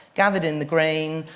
gathered in the grain,